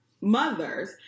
mothers